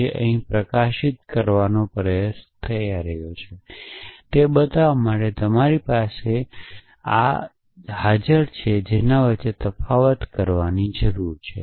હું અહીં પ્રકાશિત કરવાનો પ્રયાસ કરી રહ્યો છું તે બતાવવા માટે તમારે તમારી પાસે અને તમારી પાસે જે નથી તે વચ્ચે તફાવત કરવાની જરૂર છે